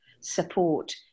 support